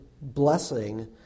blessing